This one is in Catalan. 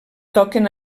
toquen